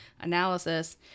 analysis